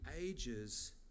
ages